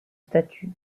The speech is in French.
statue